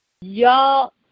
y'all